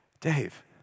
Dave